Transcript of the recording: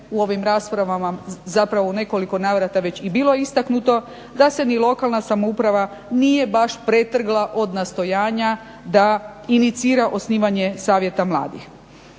u ovim raspravama, zapravo u nekoliko navrata već i bilo istaknuto da se ni lokalna samouprava nije baš pretrgla od nastojanja da inicira osnivanje Savjeta mladih.